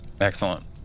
Excellent